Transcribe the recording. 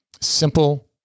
simple